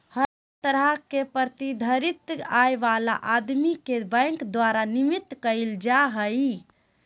हर तरह के प्रतिधारित आय वाला आदमी के बैंक द्वारा नामित कईल जा हइ